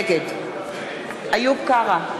נגד איוב קרא,